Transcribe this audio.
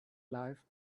life